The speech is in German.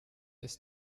ist